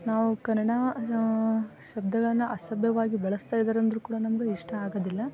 ನಾವು ಕನ್ನಡ ಶಬ್ದಗಳನ್ನ ಅಸಭ್ಯವಾಗಿ ಬಳಸ್ತಾ ಇದಾರೆ ಅಂದ್ರೂ ಕೂಡ ನಮ್ಗೆ ಅದು ಇಷ್ಟ ಆಗೋದಿಲ್ಲ